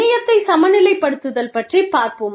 இணையத்தை சமநிலைப்படுத்துதல் பற்றிப் பார்ப்போம்